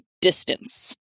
distance